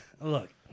Look